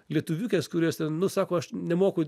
lietuviukes kurios ten nu sako aš nemoku